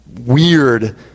weird